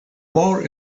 more